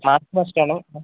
mask must ആണ്